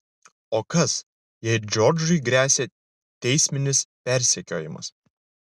o kas jei džordžui gresia teisminis persekiojimas